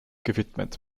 gewidmet